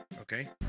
Okay